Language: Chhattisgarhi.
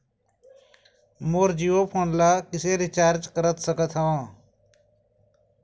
मोर जीओ फोन ला किसे रिचार्ज करा सकत हवं?